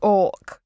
orc